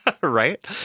Right